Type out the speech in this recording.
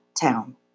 town